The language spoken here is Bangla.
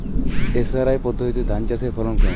এস.আর.আই পদ্ধতিতে ধান চাষের ফলন কেমন?